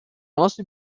also